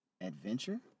adventure